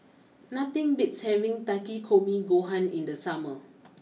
nothing beats having Takikomi Gohan in the summer